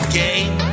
game